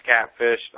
catfish